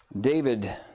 David